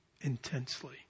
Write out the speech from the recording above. intensely